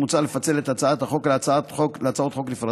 מוצע לפצל את הצעת החוק להצעות חוק נפרדות,